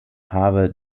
habe